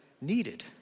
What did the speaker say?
needed